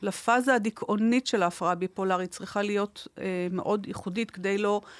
לפאזה הדיכאונית של ההפרעה הביפולרית צריכה להיות מאוד ייחודית כדי לא...